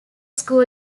school